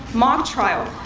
mock trial,